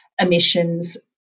emissions